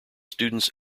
students